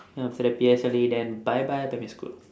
then after that P_S_L_E then bye bye primary school